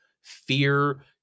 fear